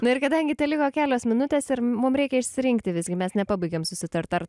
na ir kadangi teliko kelios minutės ir mum reikia išsirinkti visgi mes nepabaigėm susitart ar